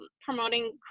promoting